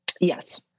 Yes